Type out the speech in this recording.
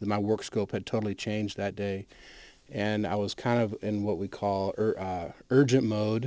the my work scope had totally changed that day and i was kind of in what we call urgent mode